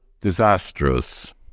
disastrous